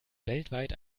weltweit